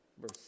Verse